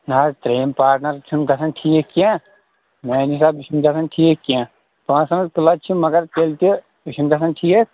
نہ حظ ترٛیٚیِم پاٹ نہٕ حظ چھِنہٕ گژھان ٹھیٖک کیٚنٛہہ میٛانہِ حِسابہٕ یہِ چھِنہٕ گژھان ٹھیٖک کیٚنٛہہ مگر یہِ چھنہٕ گژھان ٹھیٖک